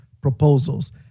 proposals